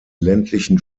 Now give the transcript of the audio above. ländlichen